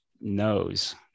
knows